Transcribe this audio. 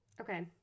Okay